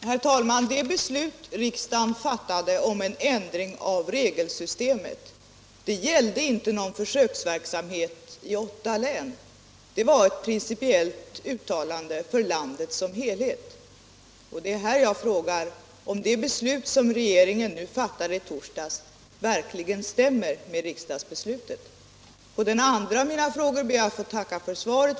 Herr talman! Det beslut riksdagen fattade om en ändring av regelsystemet gällde inte någon försöksverksamhet i åtta län. Det var ett principiellt uttalande för landet som helhet. Det är här jag frågar om det beslut regeringen fattade i torsdags verkligen stämmer med riksdagsbeslutet. Jag ber att få tacka för svaret på den andra av mina frågor.